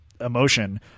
emotion